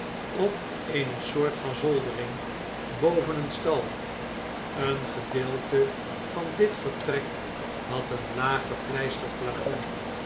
op eene soort van zoldering boven een stal een gedeelte van dit vertrek had een laag gepleisterd plafond